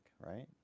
right